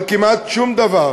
אבל כמעט שום דבר